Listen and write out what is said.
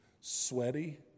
sweaty